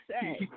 say